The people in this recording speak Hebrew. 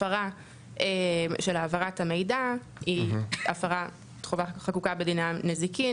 הפרה של העברת המידע היא הפרת חובה החקוקה בדיני הנזיקין.